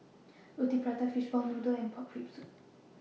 Roti Prata Fishball Noodle and Pork Rib Soup